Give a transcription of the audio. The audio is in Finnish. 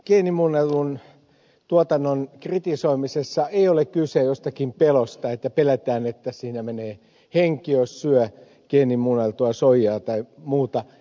geenimuunnellun tuotannon kritisoimisessa ei ole kyse jostakin pelosta että pelätään että siinä menee henki jos syö geenimuunneltua soijaa tai muuta